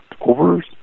over